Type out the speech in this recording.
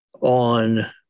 on